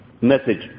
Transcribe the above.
message